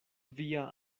via